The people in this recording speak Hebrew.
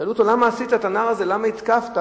שאלו את הנער הזה: למה התקפת?